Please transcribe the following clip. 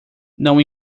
não